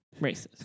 racist